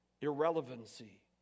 irrelevancy